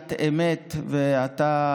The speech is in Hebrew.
סוגיית אמת, ואתה